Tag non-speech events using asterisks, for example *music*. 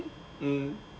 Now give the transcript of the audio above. *laughs* mm